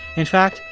in fact,